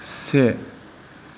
से